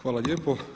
Hvala lijepo.